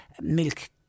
milk